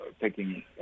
taking